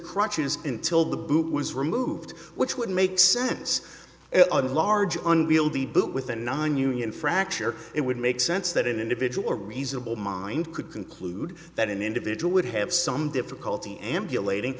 crutches until the book was removed which would make sense on the large unwieldy boot with a nonunion fracture it would make sense that an individual or reasonable mind could conclude that an individual would have some difficulty ambulating